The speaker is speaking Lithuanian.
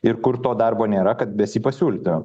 ir kur to darbo nėra kad bes jį pasiūlytumėm